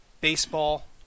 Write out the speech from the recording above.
Baseball